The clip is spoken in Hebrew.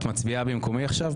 את מצביעה במקומי עכשיו?